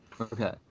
Okay